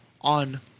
On